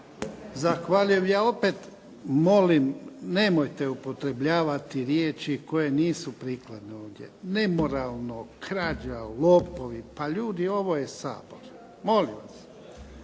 Zahvaljujem. Ja opet molim, nemojte upotrebljavati riječi koje nisu prikladne ovdje. Nemoralno, krađa, lopovi, pa ljudi ovo je Sabor. Molim vas.